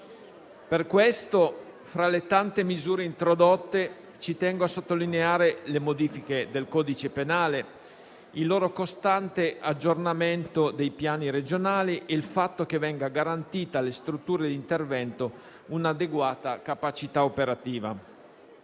Per questo, fra le tante misure introdotte, tengo a sottolineare le modifiche del codice penale, il costante aggiornamento dei piani regionali e il fatto che venga garantita alle strutture d'intervento un'adeguata capacità operativa.